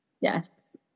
Yes